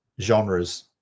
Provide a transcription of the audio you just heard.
genres